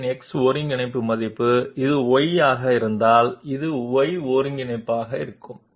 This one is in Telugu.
అది y అయితే అది y కోఆర్డినేట్ అవుతుంది అది z అయితే అది z కోఆర్డినేట్ అవుతుంది